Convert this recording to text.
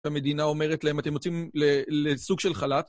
המדינה אומרת להם, אתם יוצאים לסוג של חל״ת